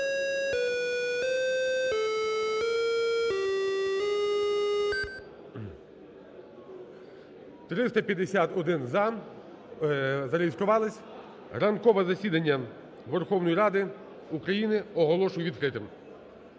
351 – за, зареєструвались. Ранкове засідання Верховної Ради України оголошую відкритим.